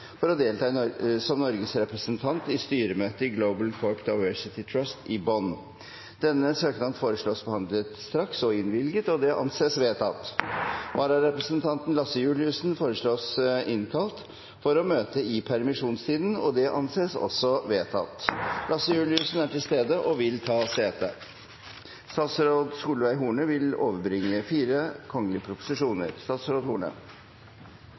for representanten Knut Storberget i dagene 25. og 26. oktober for å delta som Norges representant i styremøte i Global Crop Diversity Trust i Bonn. Etter forslag fra presidenten ble enstemmig besluttet: Søknaden behandles straks og innvilges. Vararepresentanten, Lasse Juliussen, innkalles for å møte i permisjonstiden. Lasse Juliussen er til stede og vil ta sete. Representanten Hege Haukeland Liadal vil